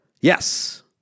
Yes